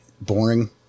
boring